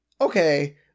okay